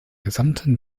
gesamten